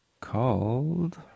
called